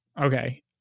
Okay